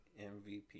MVP